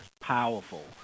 powerful